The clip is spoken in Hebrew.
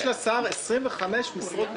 יש לשר 25 משרות אמון.